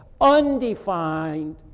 undefined